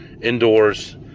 indoors